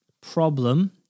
Problem